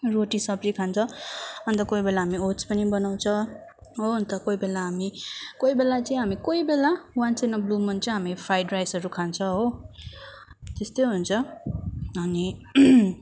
रोटी सब्जी खान्छ अन्त कोही बेला हामी ओट्स पनि बनाउँछ हो अन्त कोही बेला हामी कोही बेला चाहिँ हामी कोही बेला once in a blue moon चाहिँ हामी फ्राइड राइसहरू खान्छ हो त्यस्तै हुन्छ अनि